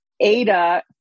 ADA